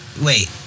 wait